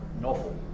novel